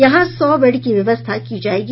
यहां सौ बेड की व्यवस्था की जायेगी